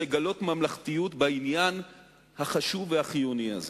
לגלות ממלכתיות בעניין החשוב והחיוני הזה.